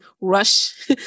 rush